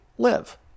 live